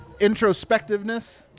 introspectiveness